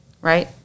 right